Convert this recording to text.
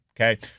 Okay